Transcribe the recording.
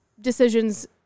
decisions